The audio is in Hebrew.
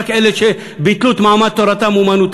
רק אלה שביטלו את מעמד תורתם-אומנותם,